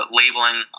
labeling